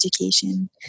education